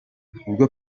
ubwo